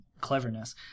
cleverness